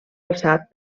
alçat